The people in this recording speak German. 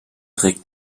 trägt